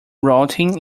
routing